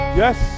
yes